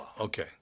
okay